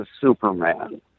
Superman